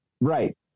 Right